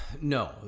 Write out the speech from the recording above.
no